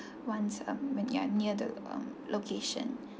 once um when you are near the um location